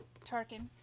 Tarkin